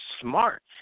smart